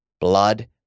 Blood